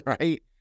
right